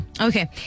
Okay